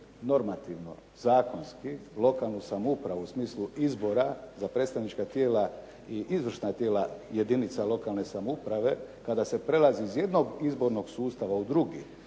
normativno zakonski lokalnu samoupravu u smislu izbora za predstavnička tijela i izvršna tijela jedinica lokalne samouprave kada se prelazi iz jednog izbornog sustava u drugi